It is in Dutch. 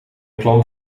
plant